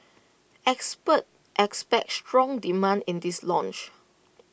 experts expect strong demand in this launch